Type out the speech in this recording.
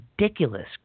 ridiculous